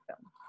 film